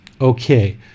Okay